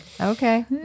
Okay